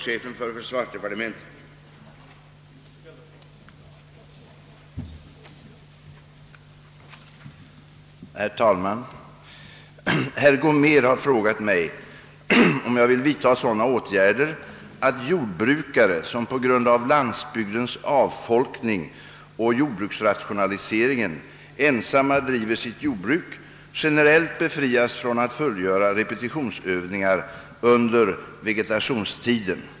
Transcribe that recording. Herr Gomér har frågat mig, om jag vill vidta sådana åtgärder, att jordbrukare som på grund av landsbygdens avfolkning och jordbruksrationaliseringen ensamma driver sitt jordbruk generellt befrias från att fullgöra repetitionsövningar under vegetationstiden.